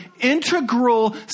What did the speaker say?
integral